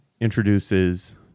introduces